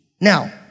Now